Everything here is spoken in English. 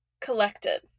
collected